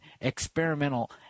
experimental